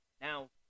Now